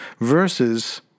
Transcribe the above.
versus